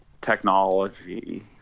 technology